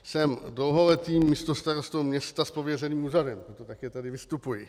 Jsem dlouholetým místostarostou města s pověřeným úřadem, proto také tady vystupuji.